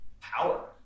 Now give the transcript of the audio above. power